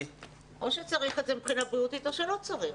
או שצריך את זה מבחינה בריאותית או שלא צריך.